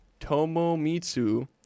Tomomitsu